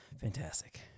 Fantastic